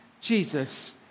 Jesus